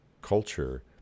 Culture